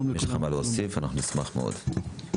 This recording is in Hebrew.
יש לך מה להוסיף, נשמח מאוד.